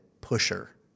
pusher